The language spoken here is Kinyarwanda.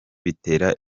bitera